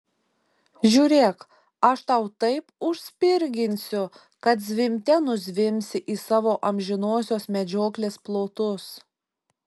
žiūrėk aš tau taip užspirginsiu kad zvimbte nuzvimbsi į savo amžinosios medžioklės plotus